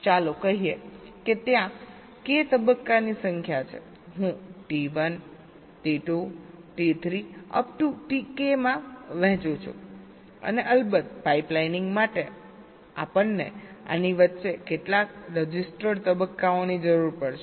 ચાલો કહીએ કે ત્યાં k તબક્કાની સંખ્યા છે હું T1 T2 T3 Tk માં વહેંચું છુંઅને અલબત્ત પાઇપલાઇનિંગ માટે અમને આની વચ્ચે કેટલાક રજિસ્ટર્ડ તબક્કાઓની જરૂર પડશે